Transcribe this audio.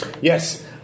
Yes